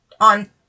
on